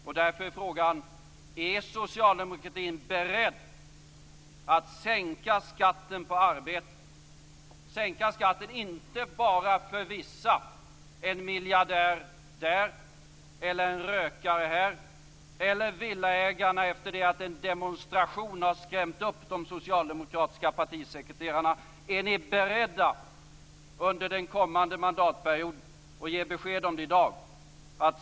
Därför vill jag fråga: Är socialdemokratin beredd att sänka skatten på arbete, att sänka skatten inte bara för vissa, en miljardär där, en rökare här eller villaägarna, efter att en demonstration har skrämt upp de socialdemokratiska partisekreterarna? Är ni beredda att under den kommande mandatperioden sänka skatten för alla?